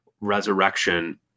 Resurrection